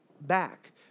back